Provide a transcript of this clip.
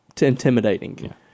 intimidating